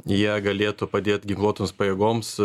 jie galėtų padėt ginkluotoms pajėgoms